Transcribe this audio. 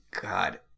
God